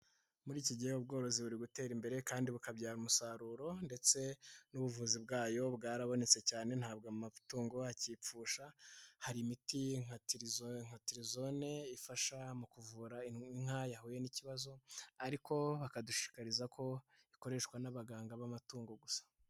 Muri iki gihe ubworozi buri gutera imbere kandi bukabyara umusaruro, ndetse n'ubuvuzi bwayo bwarabonetse cyane, ntabwo amatungo akipfusha. Hari imiti nka tilozine ifasha mu kuvura inka yahuye n'ikibazo, ariko bakadushikariza ko ikoreshwa n'abaganga b'amatungo gusa.